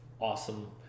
awesome